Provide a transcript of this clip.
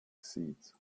seeds